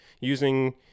using